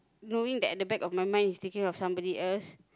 knowing that at the back of my mind is thinking of somebody else